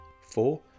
four